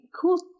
cool